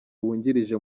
wungirije